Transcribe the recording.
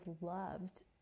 loved